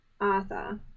arthur